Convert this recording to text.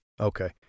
Okay